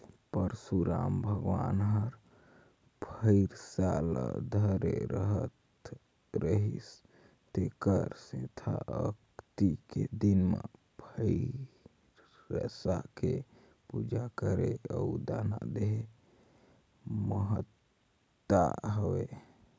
परसुराम भगवान हर फइरसा ल धरे रहत रिहिस तेखर सेंथा अक्ती के दिन मे फइरसा के पूजा करे अउ दान देहे के महत्ता हवे